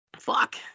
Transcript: fuck